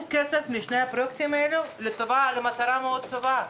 כסף משני הפרויקטים האלה למטרה מאוד טובה.